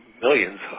millions